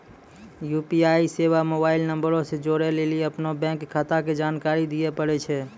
UPI सेबा mobile नंबरो से जोड़ै लेली अपनो बैंक खाता के जानकारी दिये पड़ै छै